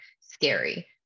scary